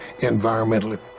environmentally